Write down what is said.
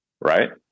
right